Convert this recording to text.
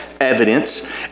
evidence